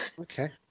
Okay